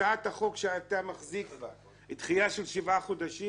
הצעת החוק שאתה מחזיק בה על דחייה של שבעה חודשים,